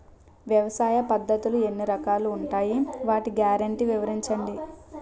వ్యవసాయ పద్ధతులు ఎన్ని రకాలు ఉంటాయి? వాటి గ్యారంటీ వివరించండి?